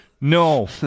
No